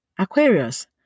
Aquarius